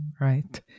Right